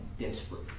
desperate